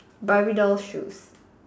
barbie dolls shoes